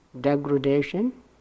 degradation